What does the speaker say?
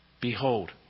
Behold